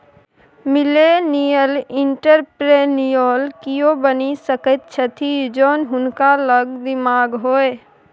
millennial entrepreneur कियो बनि सकैत छथि जौं हुनका लग दिमाग होए